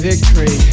Victory